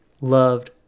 loved